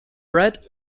bread